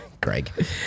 Greg